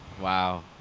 Wow